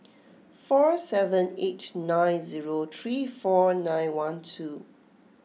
four seven eight nine zero three four nine one two